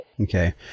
Okay